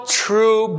true